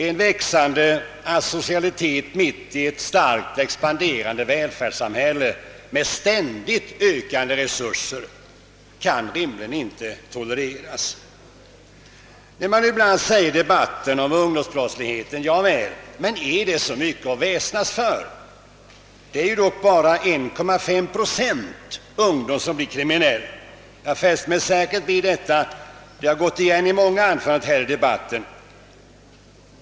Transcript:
En växande asocialitet mitt i ett starkt expanderande välfärdssamhälle med ständigt ökande resurser kan rimligen inte tolereras. Man säger ibland i debatten om ungdomsbrottsligheten: »Javäl, men är det så mycket att väsnas för? Det är dock bara 1,5 procent av ungdomen som blir kriminell.» Jag fäste mig särskilt vid detta; det har gått igen i många anföranden här i debatten.